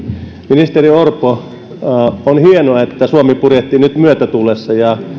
ministeri orpo on hienoa että suomi purjehtii nyt myötätuulessa ja